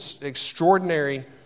extraordinary